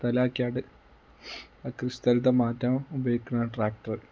സ്ഥലമാക്കിയപാട് ആ കൃഷിസ്ഥലത്തെ മാറ്റം ഉപയോഗിക്കാനാണ് ട്രാക്ടറ്